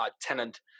Tenant